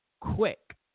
quick